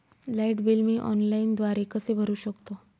Light bill मी ऑनलाईनद्वारे कसे भरु शकतो?